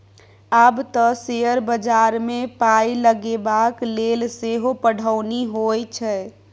आब तँ शेयर बजारमे पाय लगेबाक लेल सेहो पढ़ौनी होए छै